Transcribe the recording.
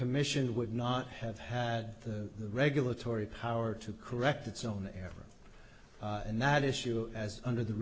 commission would not have had the regulatory power to correct its own ever and not issue as under the